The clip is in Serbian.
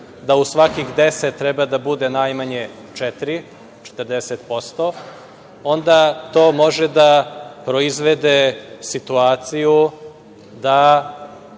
da u svakih 10 treba da bude najmanje četiri, 40%, onda to može da proizvede situaciju da